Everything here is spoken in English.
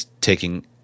taking